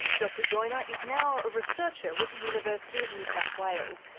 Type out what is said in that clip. dr joiner is now a researcher with the university of new south wales,